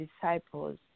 disciples